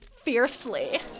fiercely